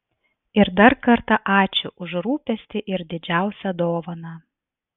ir dar kartą ačiū už rūpestį ir didžiausią dovaną